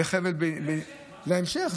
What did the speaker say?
להמשך,